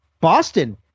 Boston